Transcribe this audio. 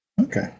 Okay